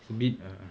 it's a bit err